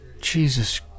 Jesus